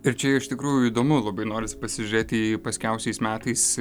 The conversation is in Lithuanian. ir čia iš tikrųjų įdomu labai norisi pasižiūrėti paskiausiais metais